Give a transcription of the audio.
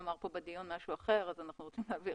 אמר משהו אחר ולכן אנחנו רוצים להבהיר,